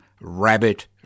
rabbit